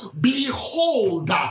behold